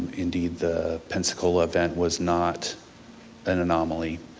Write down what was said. indeed the pensacola event was not an anomaly.